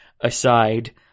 aside